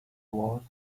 was